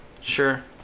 Sure